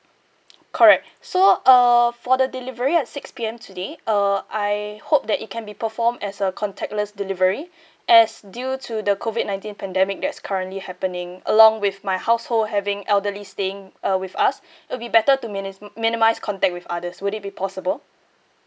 correct so err for the delivery at six P_M today uh I hope that it can be performed as a contactless delivery as due to the COVID nineteen pandemic that's currently happening along with my household having elderlies staying uh with us it would be better to mini~ minimise contact with others would it be possible